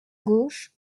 gauche